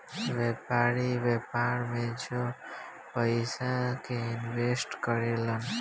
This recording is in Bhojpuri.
व्यापारी, व्यापार में जो पयिसा के इनवेस्ट करे लन